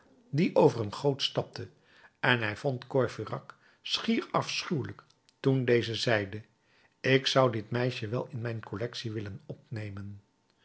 die over een goot stapte en hij vond courfeyrac schier afschuwelijk toen deze zeide ik zou dit meisje wel in mijn collectie willen opnemen